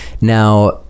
Now